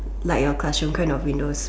like your classroom kind of window